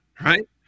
right